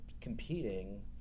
competing